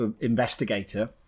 investigator